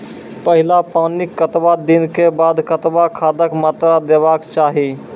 पहिल पानिक कतबा दिनऽक बाद कतबा खादक मात्रा देबाक चाही?